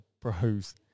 bros